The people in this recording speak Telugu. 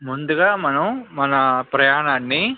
ముందుగా మనం మన ప్రయాణాన్ని